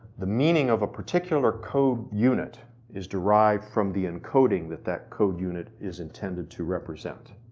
the meaning of a particular code unit is derived from the encoding that that code unit is intended to represent.